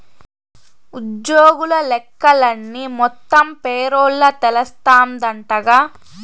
ఉజ్జోగుల లెక్కలన్నీ మొత్తం పేరోల్ల తెలస్తాందంటగా